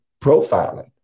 profiling